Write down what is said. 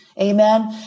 Amen